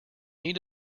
need